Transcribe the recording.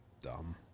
dumb